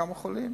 כמה חולים.